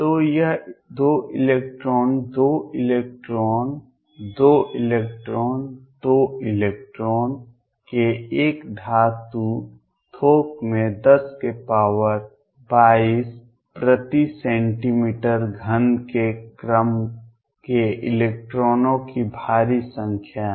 तो यह 2 इलेक्ट्रॉनों 2 इलेक्ट्रॉनों 2 इलेक्ट्रॉनों 2 इलेक्ट्रॉनों के एक धातु थोक में 1022 प्रति सेंटीमीटर घन के क्रम के इलेक्ट्रॉनों की भारी संख्या है